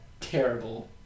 terrible